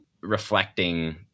reflecting